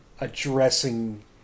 addressing